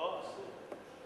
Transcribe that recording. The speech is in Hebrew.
לא, אסור.